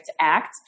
act